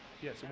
yes